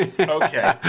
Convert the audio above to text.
Okay